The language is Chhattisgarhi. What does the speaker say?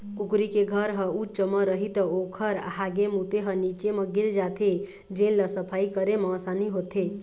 कुकरी के घर ह उच्च म रही त ओखर हागे मूते ह नीचे म गिर जाथे जेन ल सफई करे म असानी होथे